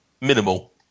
minimal